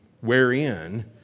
wherein